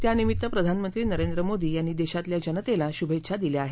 त्यानिमित्त प्रधानमंत्री नरेंद्र मोदी यांनी देशातल्या जनतेला शुभेच्छा दिल्या आहेत